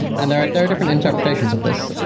and there are there are different interpretations of this.